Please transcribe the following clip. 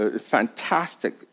fantastic